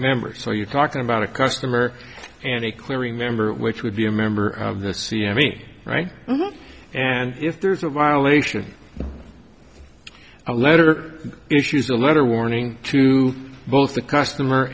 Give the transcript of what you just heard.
members so you're talking about a customer and a clearing member which would be a member of the c m e right and if there's a violation a letter issues a letter warning to both the customer